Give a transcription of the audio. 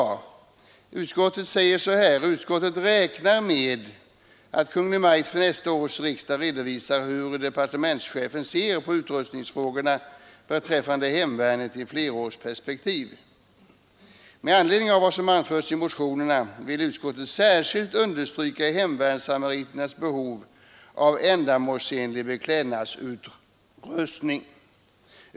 Utskottet säger så här: ”Utskottet räknar med att Kungl. Maj:t för nästa års riksdag redovisar hur departementschefen ser på utrustningsfrågorna beträffande hemvärnet i flerårsperspektiv. Med anledning av vad som anförts i motionerna vill utskottet särskilt understryka hemvärnssamariternas behov av ändamålsenlig beklädnadsutrustning.